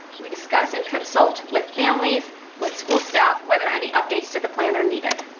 we discuss and consult with families with school staff whether any updates to the plan are needed.